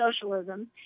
socialism